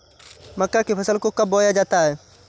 मक्का की फसल को कब बोया जाता है?